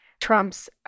Trump's